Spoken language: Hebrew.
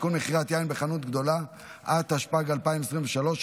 המציעים כולם רוצים פנים, נו מה?